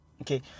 okay